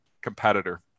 competitor